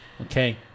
Okay